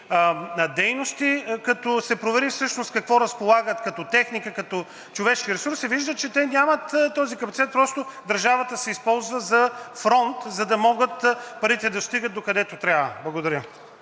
дейности. Като се провери с какво разполагат като техника, като човешки ресурс, се вижда, че те нямат този капацитет. Просто държавата се използва за фронт, за да могат парите да стигат докъдето трябва. Благодаря.